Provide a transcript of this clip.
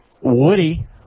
Woody